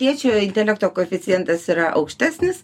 tėčio intelekto koeficientas yra aukštesnis